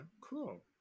cool